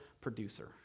producer